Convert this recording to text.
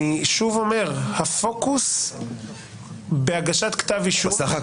אני שוב אומר: הפוקוס בהגשת כתב אישום --- סליחה,